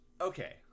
okay